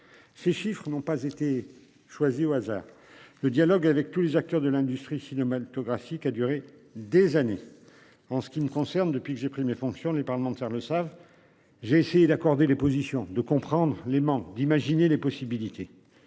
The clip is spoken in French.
Ces chiffres n'ont pas été choisie au hasard. Le dialogue avec tous les acteurs de l'industrie cinématographique a duré des années. En ce qui me concerne, depuis que j'ai pris mes fonctions, les parlementaires le savent. J'ai essayé d'accorder les positions de comprendre les manques d'imaginer les possibilités.